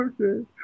okay